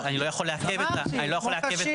אמרתי, הוא כמו קשיש.